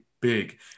big